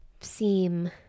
seem